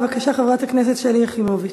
בבקשה, חברת הכנסת שלי יחימוביץ.